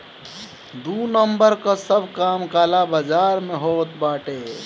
दू नंबर कअ सब काम काला बाजार में होत बाटे